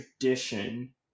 tradition